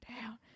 down